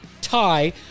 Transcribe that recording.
tie